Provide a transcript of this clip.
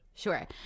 Sure